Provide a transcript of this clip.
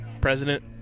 President